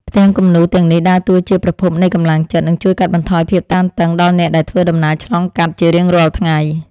ផ្ទាំងគំនូរទាំងនេះដើរតួជាប្រភពនៃកម្លាំងចិត្ត និងជួយកាត់បន្ថយភាពតានតឹងដល់អ្នកដែលធ្វើដំណើរឆ្លងកាត់ជារៀងរាល់ថ្ងៃ។